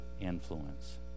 influence